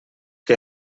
que